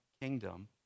kingdom